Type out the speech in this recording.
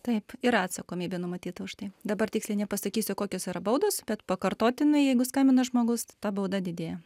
taip yra atsakomybė numatyta už tai dabar tiksliai nepasakysiu kokios yra baudos bet pakartotinai jeigu skambina žmogus ta bauda didėja